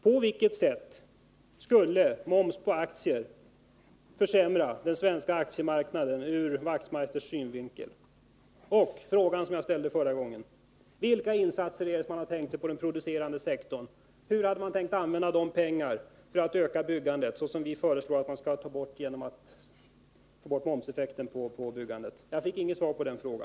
På vilket sätt skulle moms på aktier försämra den svenska aktiemarknaden ur Knut Wachtmeisters synvinkel? Och jag upprepar den fråga som jag ställde förra gången: Vilka insatser är det som man har tänkt sig på den producerande sektorn? Vi föreslår att man skall ta bort momseffekterna på byggandet — hur hade man tänkt använda dessa pengar för att öka byggandet? Jag fick inget svar på detta.